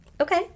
okay